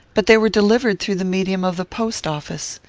but they were delivered through the medium of the post-office.